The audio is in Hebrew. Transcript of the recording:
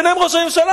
ביניהם ראש הממשלה,